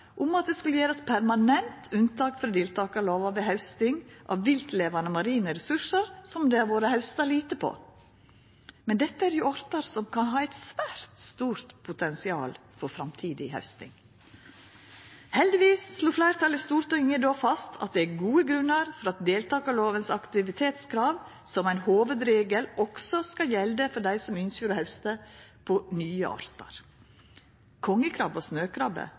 om at det skulle gjerast permanent unntak frå deltakarlova ved hausting av viltlevande marine ressursar som det har vore hausta lite på. Men dette er artar som kan ha eit svært stort potensial for framtidig hausting. Heldigvis slo fleirtalet i Stortinget då fast at det er gode grunnar for at deltakarlovas aktivitetskrav som ein hovudregel også skal gjelda for dei som ynskjer å hausta på nye artar. Kongekrabbe og snøkrabbe